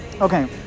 Okay